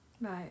Right